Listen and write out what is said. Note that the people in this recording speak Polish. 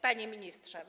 Panie Ministrze!